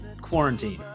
Quarantine